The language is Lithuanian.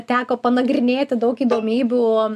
teko panagrinėti daug įdomybių